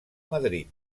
madrid